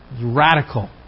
radical